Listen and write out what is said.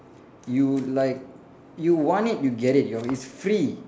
you like you want it you get it you know it's free